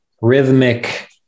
rhythmic